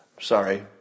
sorry